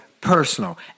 personal